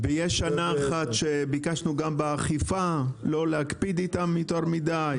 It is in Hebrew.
ותהיה שנה אחת שביקשנו גם באכיפה לא להקפיד איתם יותר מדי.